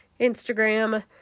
Instagram